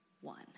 one